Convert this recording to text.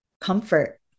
comfort